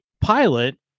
pilot